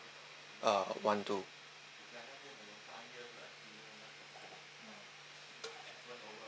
uh one two